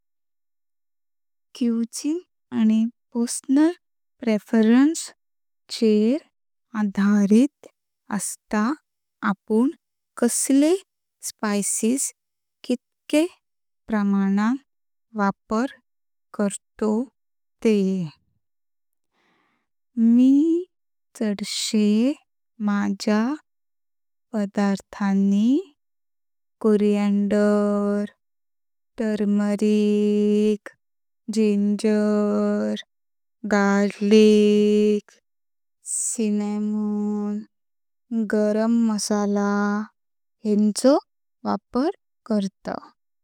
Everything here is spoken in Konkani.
खानावळी आणी वैयक्तिक आवडीवर आधारलेले असते आपण कसले मसाले किती प्रमाणात वापरतो ते। मी सदाशिव माझ्या पदार्थांमध्ये कोथिंबीर, हळद, आलं, लसूण, दालचिनी, गरम मसाला ह्यांचा वापर करतो।